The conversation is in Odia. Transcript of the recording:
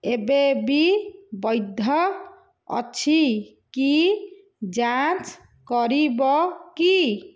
ଏବେ ବି ବୈଧ ଅଛି କି ଯାଞ୍ଚ କରିବ କି